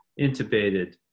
intubated